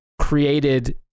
created